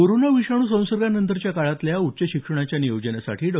corona विषाणू संसर्गानंतरच्या काळातल्या उच्च शिक्षणाच्या नियोजनासाठी डॉ